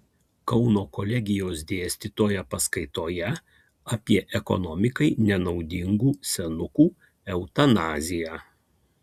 kauno kolegijos dėstytoja paskaitoje apie ekonomikai nenaudingų senukų eutanaziją